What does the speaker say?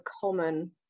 common